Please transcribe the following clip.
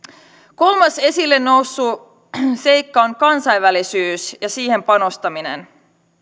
kolmas esille noussut seikka on kansainvälisyys ja siihen panostaminen